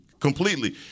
completely